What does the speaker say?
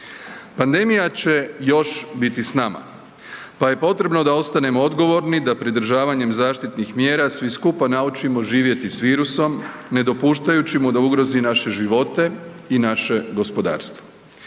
Pandemija će još biti s nama pa je potrebno da ostanemo odgovorni, da pridržavanjem zaštitnih mjera svi skupa naučimo živjeti s virusom, ne dopuštajući mu da ugrozi naše živote i naše gospodarstvo.